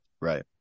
Right